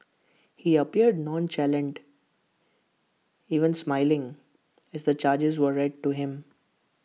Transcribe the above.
he appeared nonchalant even smiling as the charges were read to him